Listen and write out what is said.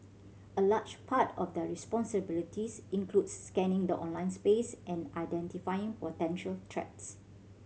a large part of their responsibilities includes scanning the online space and identifying potential threats